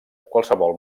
qualsevol